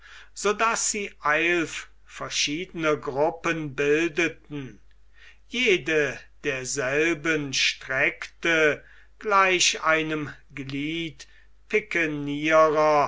daß sie eilf verschiedene gruppen bildeten jede derselben streckte gleich einem glied